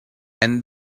and